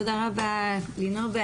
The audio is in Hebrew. תודה רבה, לינור.